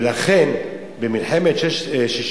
ולכן, במלחמת 1967